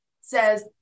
says